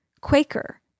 Quaker